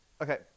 Okay